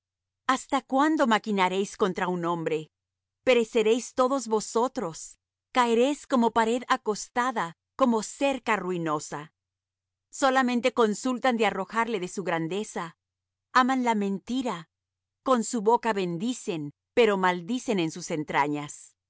hasta cuándo maquinaréis contra un hombre pereceréis todos vosotros caeréis como pared acostada como cerca ruinosa solamente consultan de arrojarle de su grandeza aman la mentira con su boca bendicen pero maldicen en sus entrañas